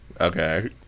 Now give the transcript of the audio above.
okay